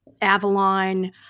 Avalon